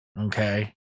Okay